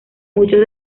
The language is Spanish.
muchos